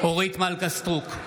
סטרוק,